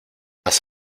haz